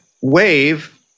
wave